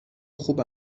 خوب